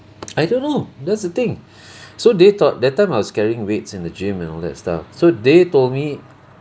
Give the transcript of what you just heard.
I don't know that's the thing so they thought that time I was carrying weights in the gym and all that stuff so they told me